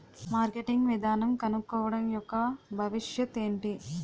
Marketing విధానం కనుక్కోవడం యెక్క భవిష్యత్ ఏంటి?